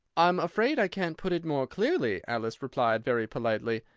i'm afraid i can't put it more clearly, alice replied very politely,